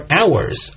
hours